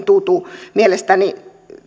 tuntuu mielestäni